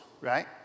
right